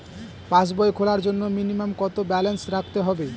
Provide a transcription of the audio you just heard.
পাসবই খোলার জন্য মিনিমাম কত ব্যালেন্স রাখতে হবে?